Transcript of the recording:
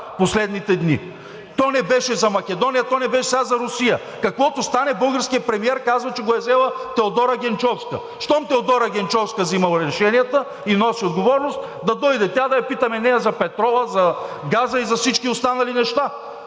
последните дни – то не беше за Македония, то не беше сега за Русия. Каквото стане, българският премиер казва, че го е взела Теодора Генчовска. Щом Теодора Генчовска взимала решенията и носи отговорност, да дойде тя да я питаме нея за петрола, за газа и за всички останали неща.